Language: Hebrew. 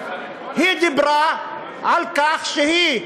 היא דיברה על כך שהיא,